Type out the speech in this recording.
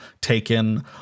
taken